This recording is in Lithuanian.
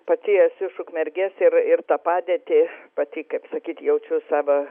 pati esu iš ukmergės ir ir tą padėtį pati kaip sakyt jaučiu savo